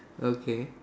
okay